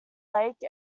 lake